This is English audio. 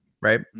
right